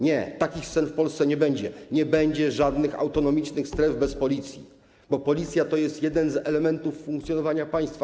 Nie, takich scen w Polsce nie będzie, nie będzie żadnych autonomicznych stref bez Policji, bo Policja to jest jeden z elementów funkcjonowania państwa.